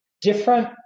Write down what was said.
different